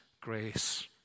grace